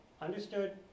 understood